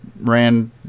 ran